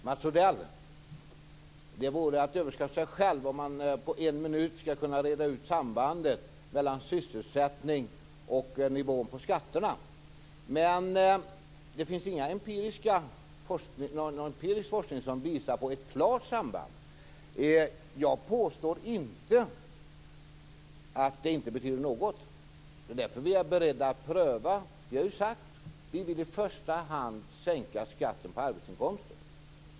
Fru talman! Det vore, Mats Odell, att överskatta sig själv att tro att man på en minut kan reda ut sambandet mellan sysselsättningen och nivån på skatterna. Det finns ingen empirisk forskning som visar på ett klart samband. Jag påstår inte att det inte har någon betydelse. Det är därför som vi är beredda att pröva detta. Vi har sagt att vi i första hand vill sänka skatten på arbetsinkomster.